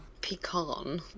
Pecan